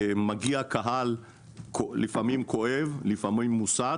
מגיע קהל לפעמים כואב, לפעמים מוסת,